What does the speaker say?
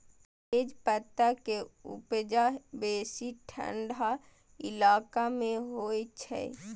तेजपत्ता के उपजा बेसी ठंढा इलाका मे होइ छै